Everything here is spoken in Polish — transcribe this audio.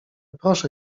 proszę